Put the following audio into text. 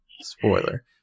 Spoiler